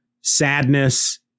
sadness